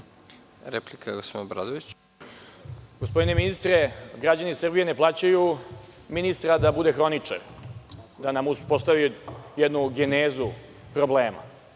replika. **Dušan Obradović** Gospodine ministre, građani Srbije ne plaćaju ministra da bude hroničar, da nam uspostavi jednu genezu problema. Nisam